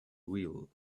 wheel